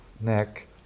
Neck